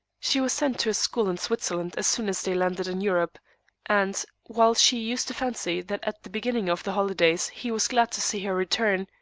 she was sent to a school in switzerland as soon as they landed in europe and, while she used to fancy that at the beginning of the holidays he was glad to see her return,